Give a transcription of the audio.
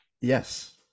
Yes